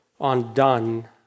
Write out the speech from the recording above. undone